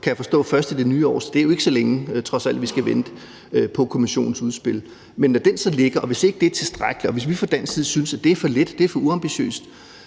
kan forstå det, først i det nye år, så det er jo trods alt ikke så længe, vi skal vente på Kommissionens udspil. Når det så ligger, og hvis ikke det er tilstrækkeligt, og hvis vi fra dansk side synes, det er for lidt, at det er for uambitiøst,